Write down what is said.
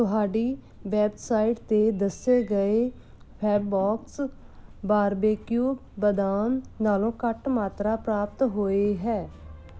ਤੁਹਾਡੀ ਵੈੱਬਸਾਈਟ 'ਤੇ ਦੱਸੇ ਗਏ ਫੈਬਬਾਕਸ ਬਾਰਬੇਕਿਊ ਬਦਾਮ ਨਾਲੋਂ ਘੱਟ ਮਾਤਰਾ ਪ੍ਰਾਪਤ ਹੋਈ ਹੈ